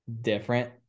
different